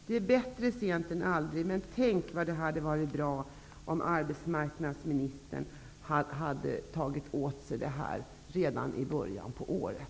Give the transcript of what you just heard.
Det är bättre sent än aldrig, men tänk vad det hade varit bra om arbetsmarknadsministern hade tagit till sig detta redan i början av året.